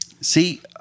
See